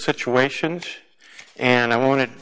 situations and i wanted